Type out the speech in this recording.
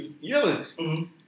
yelling